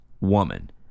woman